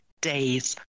days